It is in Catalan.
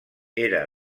era